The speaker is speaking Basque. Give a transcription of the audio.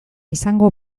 izango